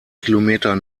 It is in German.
kilometer